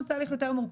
הוא מנגנון חריג מאוד.